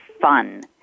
fun